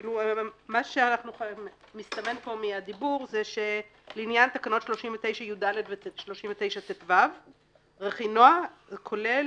מה שמסתמן פה מהדיבור זה שלעניין תקנות 39יד ו-39טו רכינוע כולל